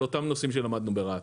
על אותם נושאים שלמדנו ברת"א,